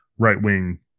right-wing